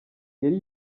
yari